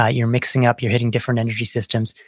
ah you're mixing up, you're hitting different energy systems.